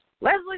Leslie